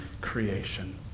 creation